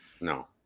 No